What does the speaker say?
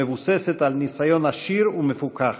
המבוססת על ניסיון עשיר ומפוכח.